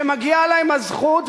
שמגיעה להם הזכות,